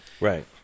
right